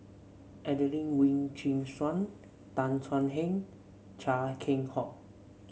Adelene Wee Chin Suan Tan Thuan Heng Chia Keng Hock